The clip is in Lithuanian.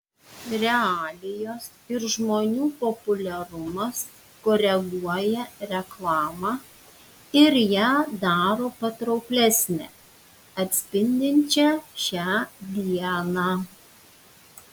realijos ir žmonių populiarumas koreguoja reklamą ir ją daro patrauklesnę atspindinčią šią dieną